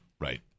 right